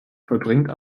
vollbringt